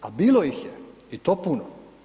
A bilo ih je i to puno.